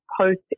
Post